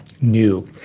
new